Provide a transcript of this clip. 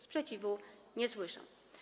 Sprzeciwu nie słyszę.